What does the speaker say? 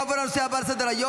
נעבור לנושא הבא על סדר-היום,